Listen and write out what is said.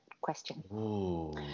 question